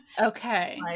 Okay